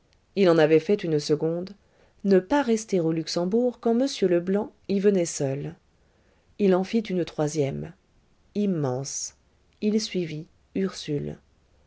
il en avait fait une seconde ne pas rester au luxembourg quand m leblanc y venait seul il en fit une troisième immense il suivit ursule